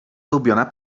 ulubiona